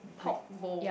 pork bowl